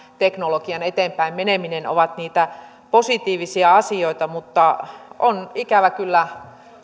teknologian eteenpäin meneminen ovat niitä positiivisia asioita mutta on ikävä kyllä